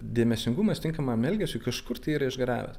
dėmesingumas tinkamam elgesiui kažkur tai yra išgaravęs